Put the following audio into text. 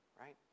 right